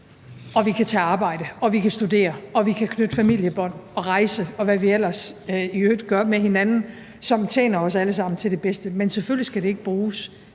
at vi kan tage arbejde, at vi kan studere, at vi kan knytte familiebånd og rejse, og hvad vi ellers i øvrigt gør med hinanden, som tjener os alle sammen til det bedste, men selvfølgelig skal det ikke bruges